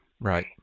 Right